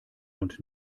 und